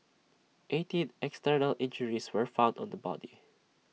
eighteen external injuries were found on the body